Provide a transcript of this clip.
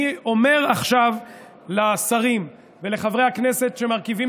אני אומר עכשיו לשרים ולחברי הכנסת שמרכיבים